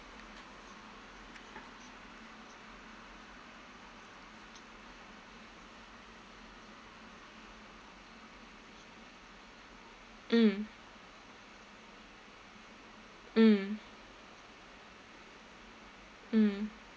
mm mm mm